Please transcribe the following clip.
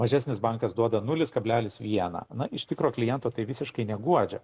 mažesnis bankas duoda nulis kablelis vieną na iš tikro kliento tai visiškai neguodžia